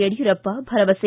ಯಡಿಯೂರಪ್ಪ ಭರವಸೆ